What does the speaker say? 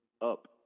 up